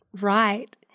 Right